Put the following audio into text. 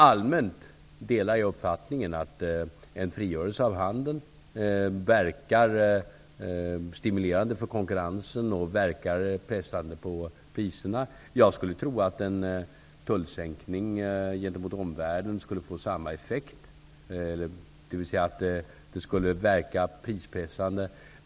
Allmänt delar jag uppfattningen att en frigörelse av handeln verkar stimulerande för konkurrensen och pressande på priserna. Jag tror att en sänkning av tullen gentemot omvärlden skulle få samma effekt, dvs. att det skulle verka prispressande.